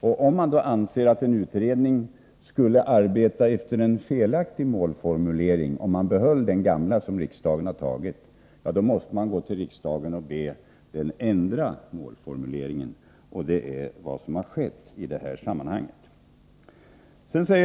Om man anser att en utredning arbetar utifrån en felaktig målformulering, dvs. i detta fall om den målformulering som riksdagen har antagit gäller, då måste man gå till riksdagen och be den att ändra målformulering. Det är vad som har skett i detta fall.